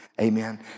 Amen